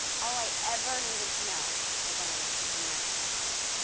all i ever needed to know, i learned in the mental hospital.